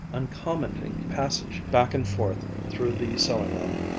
uncommenting passage back and forth through the sewing-room.